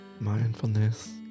mindfulness